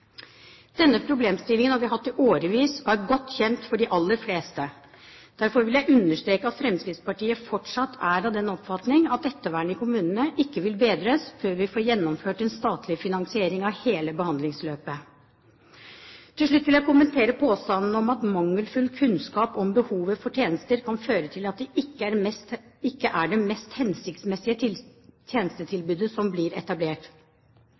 Denne problemstillingen har vi hatt i årevis, og den er godt kjent for de aller fleste. Derfor vil jeg understreke at Fremskrittspartiet fortsatt er av den oppfatning at ettervernet i kommunene ikke vil bedres før vi får gjennomført en statlig finansiering av hele behandlingsløpet. Til slutt vil jeg kommentere disse påstandene: «Mangelfull kunnskap om behovet for tjenester kan føre til at det ikke er det mest hensiktsmessige tjenestetilbudet som blir etablert.»